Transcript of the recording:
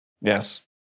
yes